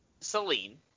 celine